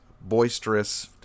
boisterous